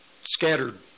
scattered